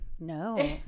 No